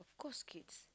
of course kids